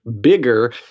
Bigger